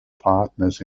partners